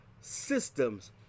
systems